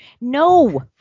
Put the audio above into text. No